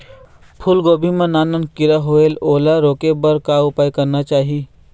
फूलगोभी मां नान नान किरा होयेल ओला रोके बर का उपाय करना चाही?